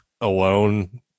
alone